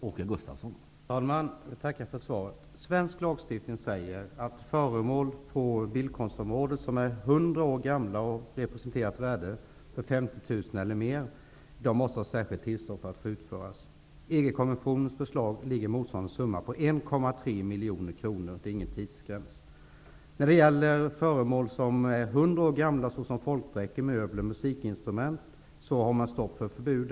Herr talman! Jag tackar för svaret. I svensk lagstiftning sägs att föremål från bildkonstområdet som är 100 år gamla och representerar ett värde av 50 000 kronor eller mer bara får utföras om man har särskilt tillstånd. I EG miljoner kronor, och här skall det inte gälla någon tidsgräns. När det gäller föremål som är 100 år gamla, såsom folkdräkter, möbler och musikinstrument, skall det inte finnas något förbud.